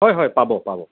হয় হয় পাব পাব